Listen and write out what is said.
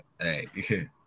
Hey